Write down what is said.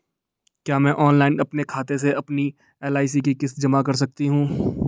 क्या मैं ऑनलाइन अपने खाते से अपनी एल.आई.सी की किश्त जमा कर सकती हूँ?